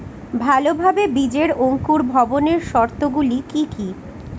ভালোভাবে বীজের অঙ্কুর ভবনের শর্ত গুলি কি কি?